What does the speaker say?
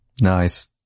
Nice